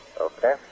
Okay